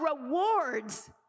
rewards